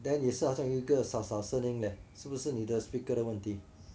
then 你是好像有一个沙沙声音勒是不是你的 speaker 的问题